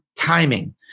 timing